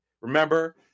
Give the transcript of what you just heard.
Remember